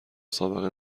سابقه